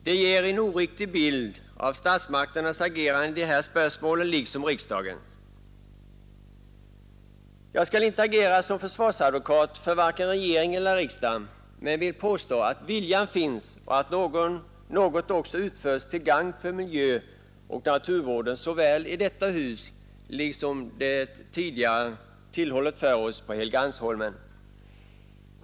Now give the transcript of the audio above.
Det ger en oriktig bild av regeringens och riksdagens agerande i de här spörsmålen. Jag skall inte fungera som försvarsadvokat för vare sig regering eller riksdag, men jag vill påstå att viljan finns och att något också utförts till gagn för miljöoch naturvården såväl i detta hus som i riksdagshuset på Helgeandsholmen.